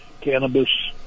cannabis